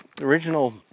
original